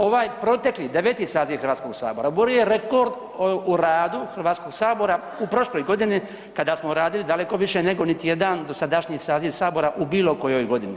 Ovaj protekli, 9. saziv Hrvatskog sabora oborio je rekord u radu Hrvatskog sabora u prošloj godini kada smo radili daleko više nego niti jedan dosadašnji saziv sabora u bilo kojoj godini.